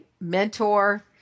mentor